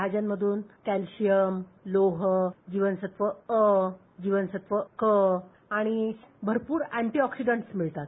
अधूनमधून कॅल्शियम लोह जीवनसत्व अ जीवनसत्व क आणि भरपूर अँटीऑक्सिडंटस् मिळतात